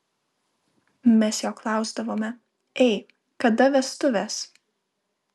mes jo klausdavome ei kada vestuvės